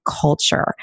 culture